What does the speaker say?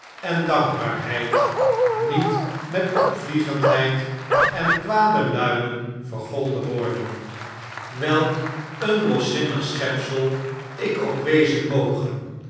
en dankbaarheid niet met opvliegendheid en kwade luimen vergolden worden welk een loszinnig schepsel ik ook wezen moge